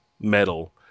metal